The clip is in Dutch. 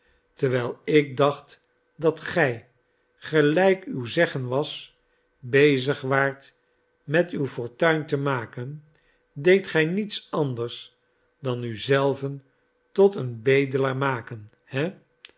terwijl ik dacht dat gij gelijk uw zeggen was bezig waart met uw fortuin te maken deedt gij niets anders dan u zelven tot een bedelaar maken he